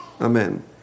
Amen